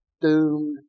doomed